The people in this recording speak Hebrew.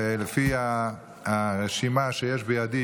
ולפי הרשימה שיש בידי,